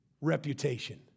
reputation